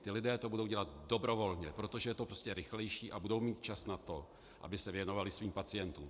Ti lidé to budou dělat dobrovolně, protože to je prostě rychlejší, a budou mít čas na to, aby se věnovali svým pacientům.